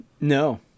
No